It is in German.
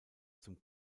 zum